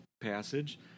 passage